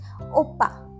Oppa